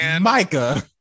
Micah